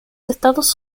estados